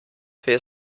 für